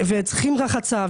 וצריכים רחצה,